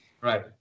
right